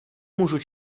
můžu